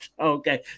Okay